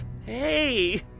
Hey